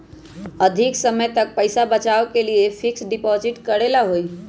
अधिक समय तक पईसा बचाव के लिए फिक्स डिपॉजिट करेला होयई?